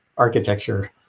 architecture